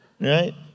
right